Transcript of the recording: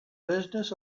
business